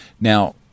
Now